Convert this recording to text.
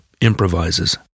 improvises